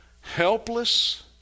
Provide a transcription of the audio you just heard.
helpless